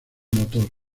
motor